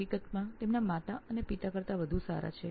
હકીકતમાં તેઓ તેમના માતા અને પિતા કરતા વધુ સારા છે